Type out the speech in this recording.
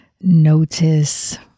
notice